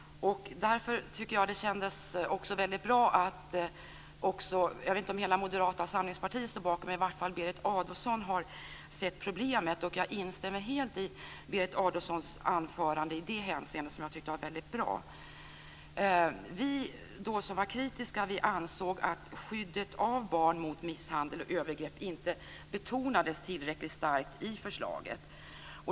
Därför tycker jag att det kändes väldigt bra att också Berit Adolfsson har sett problemet. Jag vet inte om hela Moderata samlingspartiet står bakom det. Jag instämmer helt i Berit Adolfssons anförande i det hänseendet. Jag tyckte att det var väldigt bra. Vi som var kritiska ansåg att skyddet av barnen mot misshandel och övergrepp inte betonades tillräckligt starkt i förslaget.